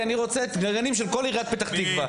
רוצה לראות את העבריינים של כל עיריית פתח תקווה.